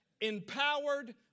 empowered